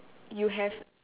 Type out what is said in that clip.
you have